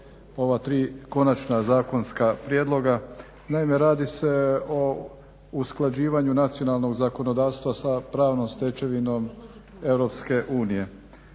ova tri konačna zakonska prijedloga. Naime, radi se o usklađivanju nacionalnog zakonodavstva sa pravnom stečevinom Europske unije.